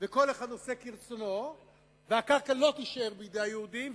וכל אחד עושה כרצונו והקרקע לא תישאר בידי היהודים,